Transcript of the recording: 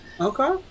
Okay